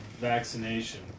vaccination